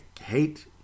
hate